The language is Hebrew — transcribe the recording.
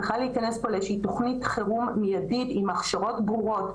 צריכה להיכנס פה איזו שהיא תכנית חירום מידית עם הכשרות ברורות,